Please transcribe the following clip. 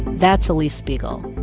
that's alix spiegel.